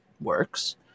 works